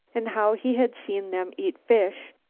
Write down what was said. and how he had seen them eat fish,